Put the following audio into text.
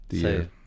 Say